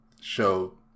show